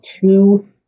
two